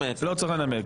לנמק.